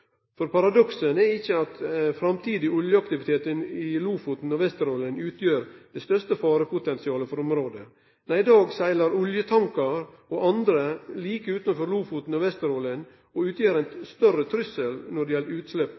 er ikkje at framtidig oljeaktivitet i Lofoten og Vesterålen utgjer det største farepotensialet for området. Nei, i dag seglar oljetankarar og andre like utanfor Lofoten og Vesterålen og utgjer ein større trussel når det gjeld utslepp